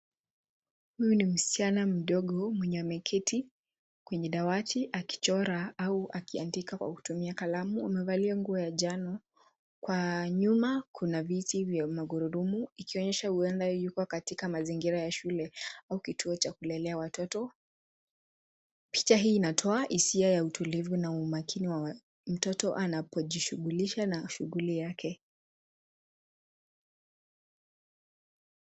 Huyu ni msichana mdogo mwenye ameketi kwenye dawati akichora au akiandika kwa kutumia kalamu. Amevalia nguo ya njano. Kwa nyuma kuna viti vya magurudumu ikionyesha huenda yuko katika mazingira ya shule au kituo cha kulelea watoto. Picha hii inatoa hisia ya utulivu na umakini wa mtoto, anapojishughilisha na shughuli yake.